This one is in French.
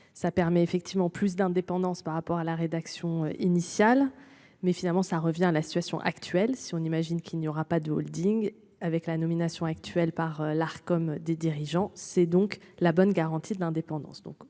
Ça permet effectivement plus d'indépendance par rapport à la rédaction initiale, mais finalement ça revient à la situation actuelle, si on imagine qu'il n'y aura pas de Holding avec la nomination actuelle par l'Arcom des dirigeants. C'est donc la bonne garantie de l'indépendance